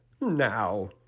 now